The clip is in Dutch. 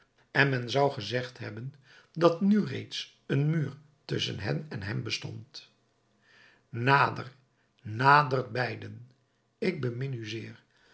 en men zou gezegd hebben dat nu reeds een muur tusschen hen en hem bestond nader nadert beiden ik bemin u zeer